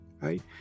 right